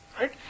Right